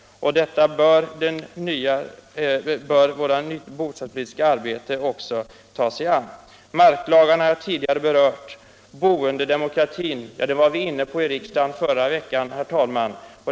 Detta bör vårt bostadspolitiska arbete också ta sig an. Boendedemokratin var vi inne på i riksdagen under förra veckan.